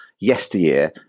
yesteryear